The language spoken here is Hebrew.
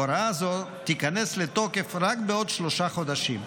הוראה זו תיכנס לתוקף רק בעוד שלושה חודשים.